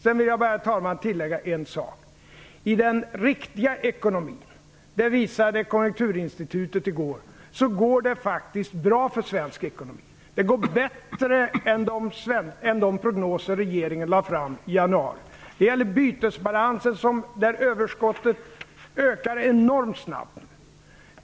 Jag vill, herr talman, bara tillägga en sak. I den riktiga ekonomin går det faktiskt bra för svensk ekonomi. Det visade Konjunkturinstitutet i går. Det går bättre än vad som förutsågs i de prognoser regeringen lade fram i januari. Det gäller bytesbalansen, där överskottet ökar enormt snabbt.